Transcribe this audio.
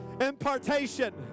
impartation